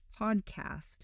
podcast